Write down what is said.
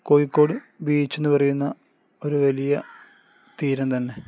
കോഴിക്കോട് ബീച്ചെന്നു പറയുന്ന ഒരു വലിയ തീരം തന്നെ